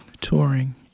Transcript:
touring